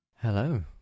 Hello